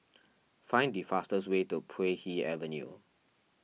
find the fastest way to Puay Hee Avenue